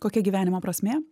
kokia gyvenimo prasmė